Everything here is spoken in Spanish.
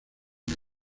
una